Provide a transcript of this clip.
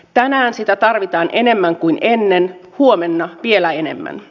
tänään sitä tarvitaan enemmän kuin ennen huomenna vielä enemmän